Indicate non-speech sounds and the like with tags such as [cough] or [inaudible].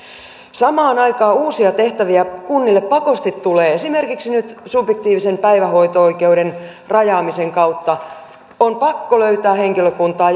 samaan aikaan uusia tehtäviä kunnille pakosti tulee esimerkiksi nyt subjektiivisen päivähoito oikeuden rajaamisen kautta on pakko löytää henkilökuntaa [unintelligible]